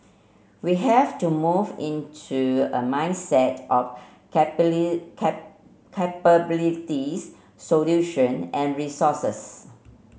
we have to move into a mindset of capabilities solution and resources